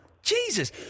Jesus